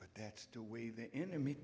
but that's the way the enemy